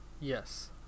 Yes